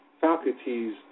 faculties